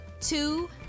two